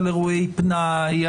על אירועי פנאי,